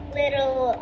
little